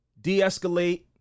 de-escalate